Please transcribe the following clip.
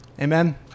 Amen